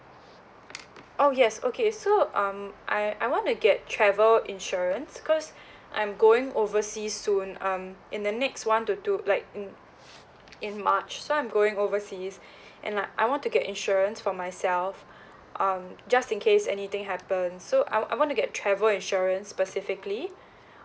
oh yes okay so um I I want to get travel insurance cause I'm going oversea soon um in the next one to two like in in march so I'm going overseas and like I want to get insurance for myself um just in case anything happen so I I want to get travel insurance specifically